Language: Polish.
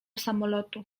samolotu